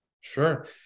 Sure